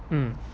mm